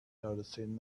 noticing